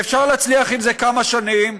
ואפשר להצליח עם זה כמה שנים,